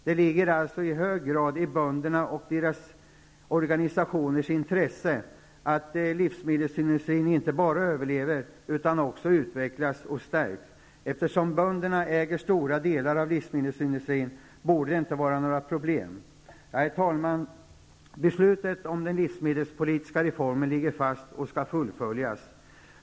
Det ligger alltså i hög grad i böndernas och deras organisationers intresse att livsmedelsindustrin inte bara överlever utan också utvecklas och stärks. Eftersom bönderna äger stora delar av livsmedelsindustrin borde detta inte vara något problem. Herr talman! Beslutet om den livsmedelspolitiska reformen ligger fast och skall fullföljas.